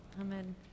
Amen